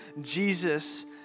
Jesus